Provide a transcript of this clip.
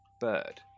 bird